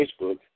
Facebook